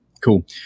Cool